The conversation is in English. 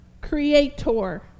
Creator